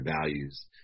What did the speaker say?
values